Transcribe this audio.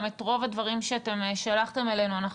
גם את רוב הדברים שאתם שלחתם אלינו אנחנו